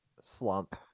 slump